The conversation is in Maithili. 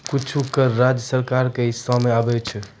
कुछो कर राज्य सरकारो के हिस्सा मे आबै छै